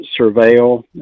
surveil